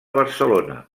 barcelona